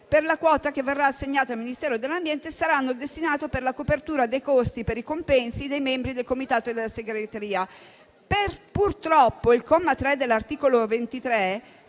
per la quota che verrà assegnata al Ministero dell'ambiente, sarà destinata per la copertura dei costi per i compensi dei membri del Comitato e della segreteria. Purtroppo, il comma 3 dell'articolo 23